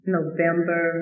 November